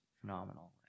phenomenal